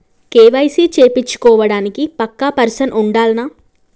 KYC చేపిచ్చుకోవడానికి పక్కా person ఉండాల్నా?